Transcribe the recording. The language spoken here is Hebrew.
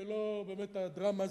כי אני מכיר את הדרמה הזאת,